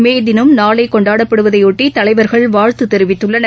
மேதினம் நாளைகொண்டாடப்படுவதையொட்டிதலைவர்கள் வாழ்த்துதெரிவித்துள்ளனர்